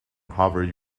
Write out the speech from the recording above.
harvard